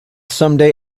someday